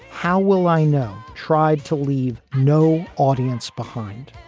how will i know? tried to leave no audience behind.